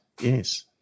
yes